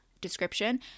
description